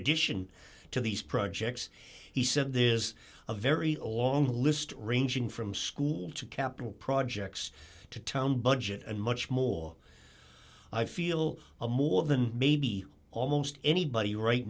addition to these projects he said this is a very long list ranging from school to capital projects to town budget and much more i feel more than maybe almost anybody right